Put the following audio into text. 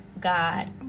God